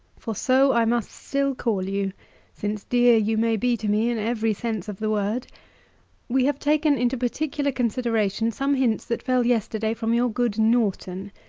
for so i must still call you since dear you may be to me, in every sense of the word we have taken into particular consideration some hints that fell yesterday from your good norton,